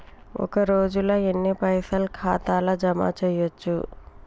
ఒక రోజుల ఎన్ని పైసల్ ఖాతా ల జమ చేయచ్చు?